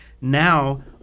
now